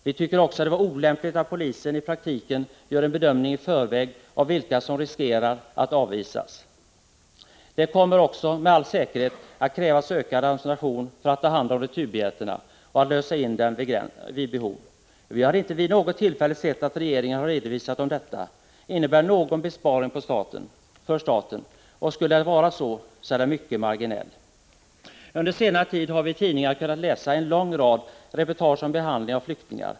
Vi tyckte också att det var olämpligt att polisen i praktiken skulle göra en bedömning i förväg av vilka som riskerade att avvisas. Det kommer dessutom, med all säkerhet, att krävas ökad administration för att ta hand om returbiljetter och vid behov lösa in dem. Och vi har inte vid något tillfälle sett att regeringen har redovisat om detta förfarande innebär någon besparing för staten. Skulle det vara så, lär besparingen vara mycket marginell. Under senare tid har vi i tidningarna kunnat läsa en lång rad reportage om behandlingen av flyktingar.